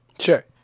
Sure